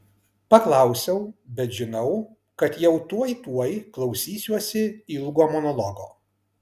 paklausiau bet žinau kad jau tuoj tuoj klausysiuosi ilgo monologo